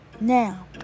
Now